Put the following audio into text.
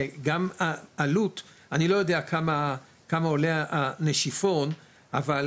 כי גם העלות, אני לא יודע כמה עולה הנשיפון, אבל